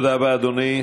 תודה רבה, אדוני.